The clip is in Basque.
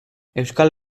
euskal